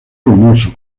ruinoso